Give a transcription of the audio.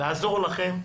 לעזור לכם.